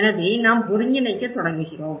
எனவே நாம் ஒருங்கிணைக்கத் தொடங்குகிறோம்